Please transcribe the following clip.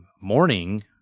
Morning